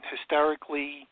hysterically